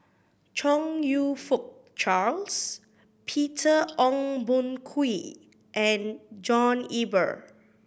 Chong You Fook Charles Peter Ong Boon Kwee and John Eber